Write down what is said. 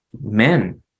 men